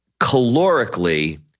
calorically